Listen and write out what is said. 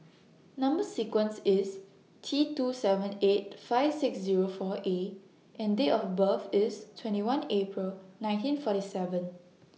Number sequence IS T two seven eight five six Zero four A and Date of birth IS twenty one April nineteen forty seven